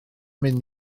mynd